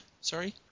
Sorry